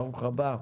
ברוך הבא.